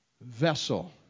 vessel